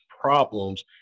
problems